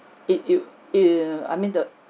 it it'll it I mean the